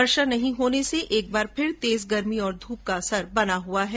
वर्षा नहीं होने से एक बार फिर तेज ध्रप और गर्मी का असर बना हुआ है